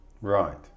Right